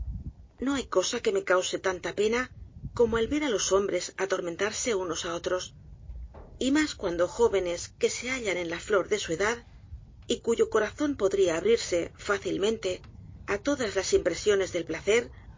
no hay cosa que me cause tanta pena como el ver á los hombres alormentarse unos á otros y mas cuando jóvenes que se hallan en la flor de su edad y cuyo corazón podría abrirse fácilmente á todas las impresiones del placer